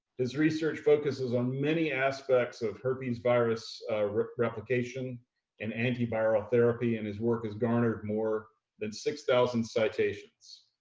his research focuses on many aspects of herpesvirus replication and antiviral therapy. and his work has garnered more than six thousand citations.